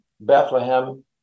Bethlehem